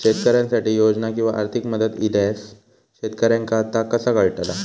शेतकऱ्यांसाठी योजना किंवा आर्थिक मदत इल्यास शेतकऱ्यांका ता कसा कळतला?